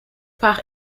par